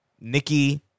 Nikki